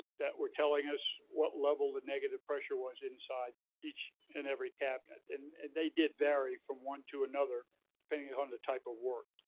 that were telling us what level the negative pressure was inside each and every cabinet. and and they did vary from one to another depending on the type of work.